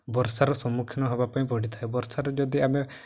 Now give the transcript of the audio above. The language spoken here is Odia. ବର୍ଷାର ସମ୍ମୁଖୀନ ହେବାକୁ ପଡ଼ିଥାଏ ବର୍ଷାରେ ଯଦି ଆମେ